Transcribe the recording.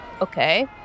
Okay